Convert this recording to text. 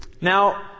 Now